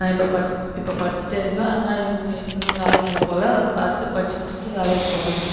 நான் இப்போ படிச் இப்போ படித்துட்டே இருக்கேன் அந்த மாதிரி இன்னும் இன்னும் வேலைக்கெல்லாம் போல் அடுத்து படித்து முடித்துட்டு வேலைக்கு போவேன்